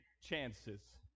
chances